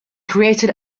created